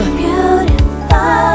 beautiful